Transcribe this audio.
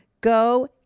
Go